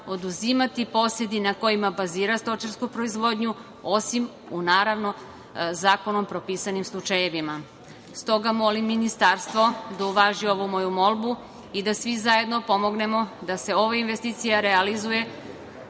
oduzimati posedi na kojima bazira stočarsku proizvodnju, osim u naravno zakonom propisanim slučajevima. Stoga, molim Ministarstvo da uvaži ovu moju molbu i da svi zajedno pomognemo da se ova investicija realizuje